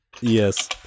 Yes